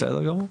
בסדר גמור.